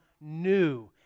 new